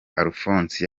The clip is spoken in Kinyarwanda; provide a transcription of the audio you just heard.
alphonse